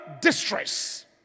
distress